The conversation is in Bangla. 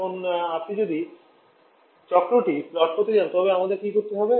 এখন আপনি যদি চক্রটি প্লট করতে চান তবে আমাদের কী করতে হবে